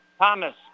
Thomas